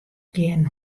gjin